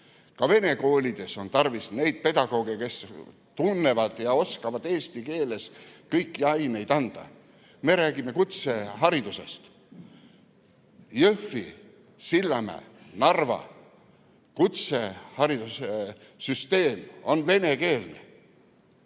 Ka vene koolides on tarvis neid pedagooge, kes oskavad eesti keeles kõiki aineid anda. Me räägime kutseharidusest. Jõhvi, Sillamäe ja Narva kutseharidussüsteem on venekeelne.